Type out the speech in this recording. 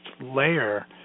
layer